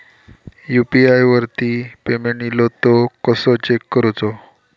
UPI वरती payment इलो तो कसो चेक करुचो?